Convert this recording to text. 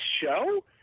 show